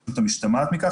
הרגישות המשתמעת מכך,